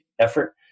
effort